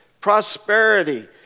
prosperity